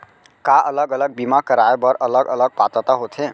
का अलग अलग बीमा कराय बर अलग अलग पात्रता होथे?